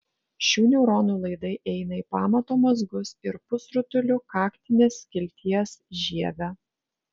šių neuronų laidai eina į pamato mazgus ir pusrutulių kaktinės skilties žievę